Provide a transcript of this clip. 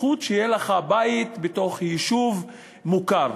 זכות שיהיה לך בית בתוך יישוב מוכר.